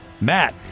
Matt